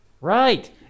Right